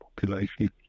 population